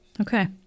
Okay